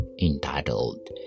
entitled